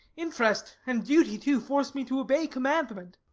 interest, and duty too, force me to obey commandment.